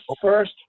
first